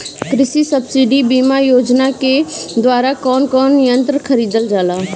कृषि सब्सिडी बीमा योजना के द्वारा कौन कौन यंत्र खरीदल जाला?